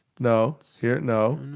no. here? no.